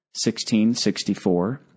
1664